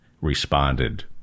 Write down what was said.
responded